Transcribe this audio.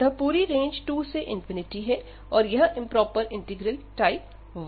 अतः पूरी रेंज 2 से है और यह इंप्रोपर इंटीग्रल टाइप 1 है